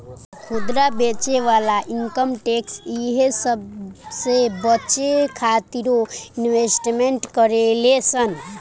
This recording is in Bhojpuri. खुदरा बेचे वाला इनकम टैक्स इहे सबसे बचे खातिरो इन्वेस्टमेंट करेले सन